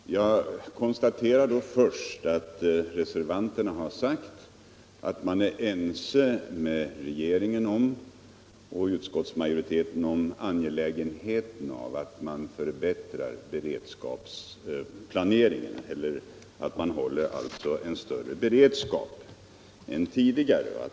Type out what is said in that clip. Herr talman! Jag tycker det kan finnas anledning att göra en kommentar till denna debatt. Jag konstaterar då först att reservanterna säger sig vara ense med regeringen och utskottsmajoriteten om angelägenheten av att bygga upp beredskapslagren så att de blir större än tidigare.